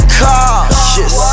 cautious